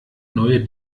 neue